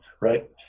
right